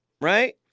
Right